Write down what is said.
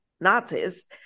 Nazis